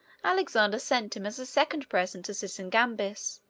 alexander sent him as a second present to sysigambis,